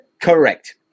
correct